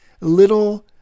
little